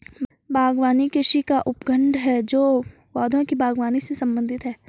बागवानी कृषि का उपखंड है जो पौधों की बागवानी से संबंधित है